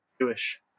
Jewish